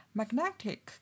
magnetic